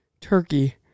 turkey